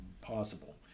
possible